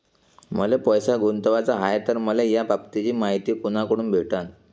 मले पैसा गुंतवाचा हाय तर मले याबाबतीची मायती कुनाकडून भेटन?